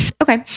Okay